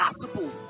impossible